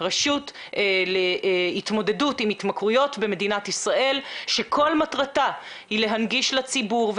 רשות להתמודדות עם התמכרויות במדינת ישראל שכל מטרתה היא להנגיש לציבור,